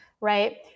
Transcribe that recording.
right